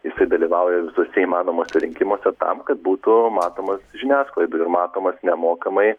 jisai dalyvauja visuose įmanomuose rinkimuose tam kad būtų matomas žiniasklaidoj ir matomas nemokamai